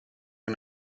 are